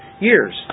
years